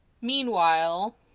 Meanwhile